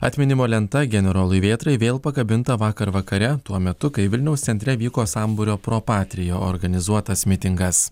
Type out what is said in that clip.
atminimo lenta generolui vėtrai vėl pakabinta vakar vakare tuo metu kai vilniaus centre vyko sambūrio propatrio organizuotas mitingas